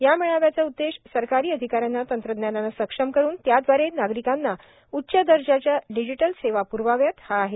या मेळाव्याचा उद्देश सरकारी अधिकाऱ्यांना तंत्रज्ञानानं सक्षम करून त्याद्वारे नागरिकांना उच्च दर्जाच्या डिजीटल सेवा प्रवाव्यात हा आहे